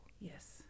Yes